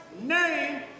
name